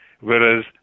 whereas